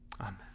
Amen